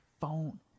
phone